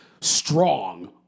strong